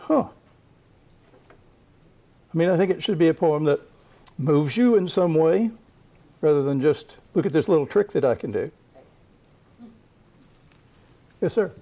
oh i mean i think it should be a poem that moves you in some way rather than just look at this little trick that i can do yes or